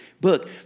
book